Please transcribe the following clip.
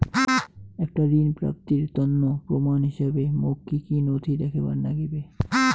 একটা ঋণ প্রাপ্তির তন্ন প্রমাণ হিসাবে মোক কী কী নথি দেখেবার নাগিবে?